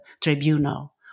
tribunal